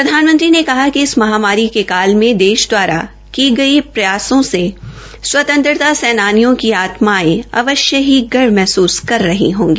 प्रधानमंत्री ने कहा कि इस महामारी के काल में देश दवारा की गई कोशिशों से स्वतंत्रता सेनानियों की आत्मायें अवश्य ही गर्व महसूस कर रही होगी